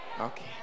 Okay